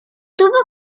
tuvo